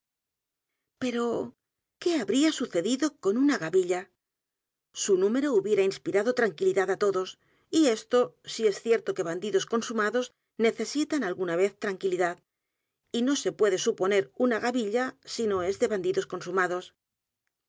o qué habría sucedido con una gavilla su número hubiera inspirado tranquilidad á todos y esto si es cierto que bandidos consumados necesitan alguna vez tranquilidad y no se puede suponer una gacilla si no es de bandidos consumados